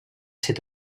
ser